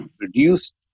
reduced